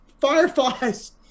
fireflies